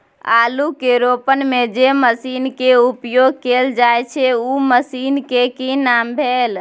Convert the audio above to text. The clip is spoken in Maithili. आलू के रोपय में जे मसीन के उपयोग कैल जाय छै उ मसीन के की नाम भेल?